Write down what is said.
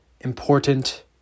important